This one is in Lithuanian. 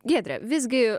giedre visgi